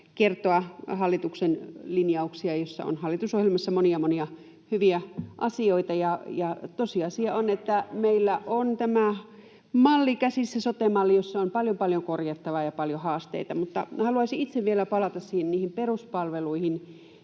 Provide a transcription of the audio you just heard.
kertoa hallituksen linjauksista. Hallitusohjelmassa on monia, monia hyviä asioita, ja tosiasia on, että meillä on tämä sote-malli käsissä, jossa on paljon, paljon korjattavaa ja paljon haasteita. Mutta haluaisin itse vielä palata niihin peruspalveluihin